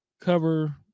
cover